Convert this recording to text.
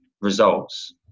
results